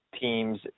teams